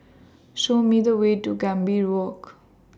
Show Me The Way to Gambir Walk